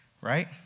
right